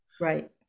Right